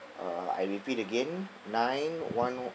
err I repeat again nine one